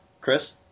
Chris